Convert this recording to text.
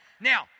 Now